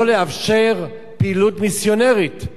לא לאפשר פעילות מיסיונרית.